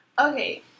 Okay